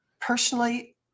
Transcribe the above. personally